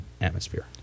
atmosphere